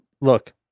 look